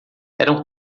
eram